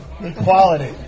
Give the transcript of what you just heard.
Equality